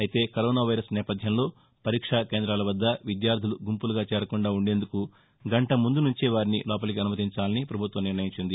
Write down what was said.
అయితే corona virus నేపథ్యంలో పరీక్ష్మ కేంద్రాల వద్ద విద్యార్దులు గుంపులుగా చేరకుండా ఉండేందుకు గంట ముందు నుంచే వారిని లోపలికి అనుమతించాలని పభుత్వం నిర్ణయించింది